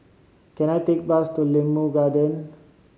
can I take a bus to Limau Garden